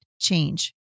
change